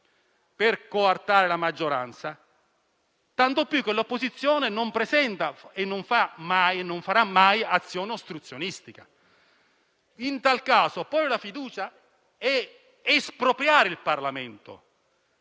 per coartare la maggioranza, tanto più che l'opposizione non farà mai azione ostruzionistica. In tal caso, porre la fiducia significa espropriare il Parlamento